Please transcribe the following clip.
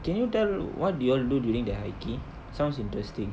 can you tell what do you want to do during the high key sounds interesting